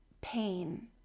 pain